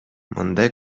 мындай